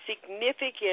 significant